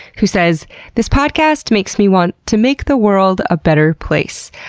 who says this podcast makes me want to make the world a better place.